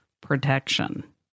protection